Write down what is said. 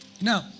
Now